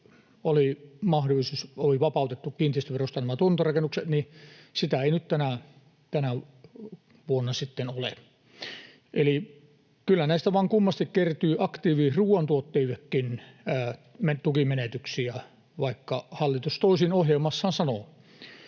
oli vapautettu kiinteistöverosta nämä tuotantorakennukset, mutta sitä ei nyt tänä vuonna sitten ole. Eli kyllä näistä vaan kummasti kertyy aktiiviruoantuottajillekin näitä tukimenetyksiä, vaikka hallitus toisin ohjelmassaan sanoo.